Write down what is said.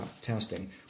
testing